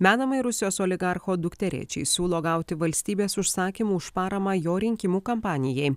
menamai rusijos oligarcho dukterėčiai siūlo gauti valstybės užsakymų už paramą jo rinkimų kampanijai